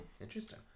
Interesting